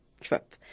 trip